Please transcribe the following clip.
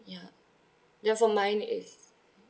ya then for mine is